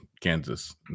Kansas